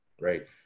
Right